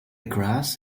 grass